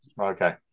Okay